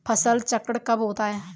फसल चक्रण कब होता है?